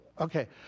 Okay